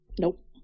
Nope